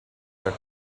her